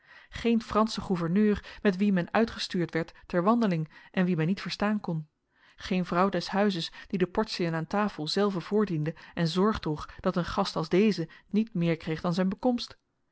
geen fransche gouverneur met wien men uitgestuurd werd ter wandeling en wien men niet verstaan kon geen vrouw des huizes die de portiën aan tafel zelve voordiende en zorg droeg dat een gast als deze niet meer kreeg dan zijn bekomst